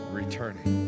returning